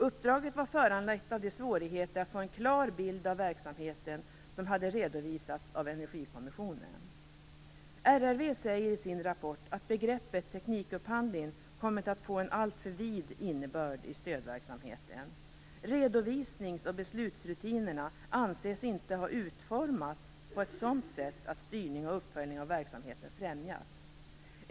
Uppdraget var föranlett av de svårigheter att få en klar bild av verksamheten som hade redovisats av Energikommissionen. RRV säger i sin rapport att begreppet teknikupphandling har kommit att få en alltför vid innebörd i stödverksamheten. Redovisnings och beslutsrutinerna anses inte ha utformats på ett sådant sätt att styrning och uppföljning av verksamheten främjats.